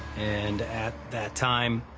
and at that time,